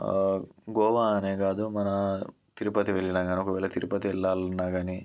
గోవా అనే కాదు మన తిరుపతి వెళ్లినా కాని ఒకవేళ తిరుపతి వెళ్ళాలి అన్నా కాని